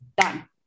Done